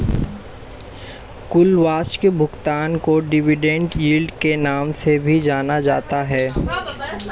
कुल वार्षिक भुगतान को डिविडेन्ड यील्ड के नाम से भी जाना जाता है